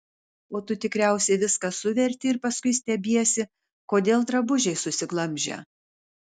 o tu tikriausiai viską suverti ir paskui stebiesi kodėl drabužiai susiglamžę